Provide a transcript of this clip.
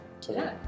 today